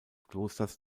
klosters